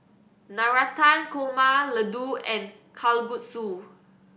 Navratan Korma Ladoo and Kalguksu